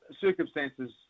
circumstances